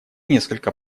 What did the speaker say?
несколько